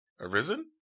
Arisen